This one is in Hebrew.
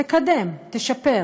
תקדם, תשפר,